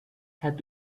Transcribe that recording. had